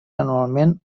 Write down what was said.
anualment